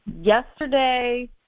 yesterday